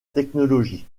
technologie